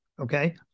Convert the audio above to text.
okay